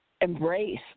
embrace